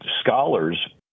scholars